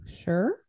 sure